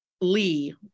Lee